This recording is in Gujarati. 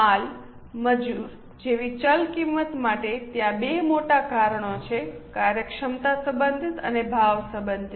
માલ મજૂર જેવી ચલ કિંમત માટે ત્યાં 2 મોટા કારણો છે કાર્યક્ષમતા સંબંધિત અને ભાવ સંબંધિત